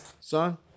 son